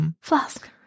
Flask